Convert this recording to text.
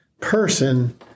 person